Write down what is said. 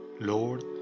Lord